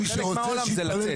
חלק מהעולם זה לצאת.